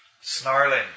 Snarling